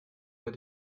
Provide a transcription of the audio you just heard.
pas